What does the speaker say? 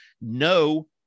no